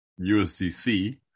USDC